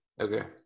okay